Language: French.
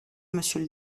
monsieur